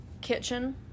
kitchen